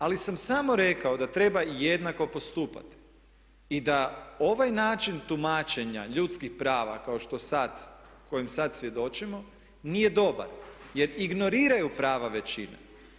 Ali sam samo rekao da treba jednako postupati i da ovaj način tumačenja ljudskih prava kao što sad, kojem sad svjedočimo nije dobar jer ignoriraju prava većine.